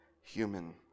human